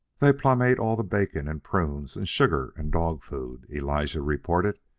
they plumb e't all the bacon and prunes and sugar and dog-food, elijah reported,